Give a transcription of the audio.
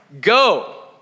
Go